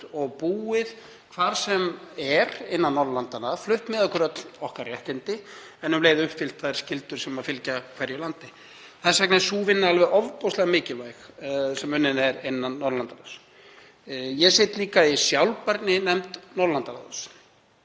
og búið hvar sem er innan Norðurlandanna, flutt með okkur öll okkar réttindi en um leið uppfyllt þær skyldur sem fylgja hverju landi. Þess vegna er sú vinna alveg ofboðslega mikilvæg sem unnin er innan Norðurlandaráðs. Ég sit líka í sjálfbærninefnd Norðurlandaráðs